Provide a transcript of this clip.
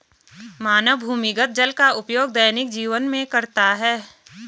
मानव भूमिगत जल का उपयोग दैनिक जीवन में करता है